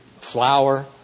flower